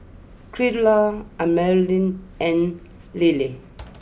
Creola Amelia and Lillie